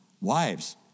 Wives